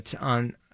on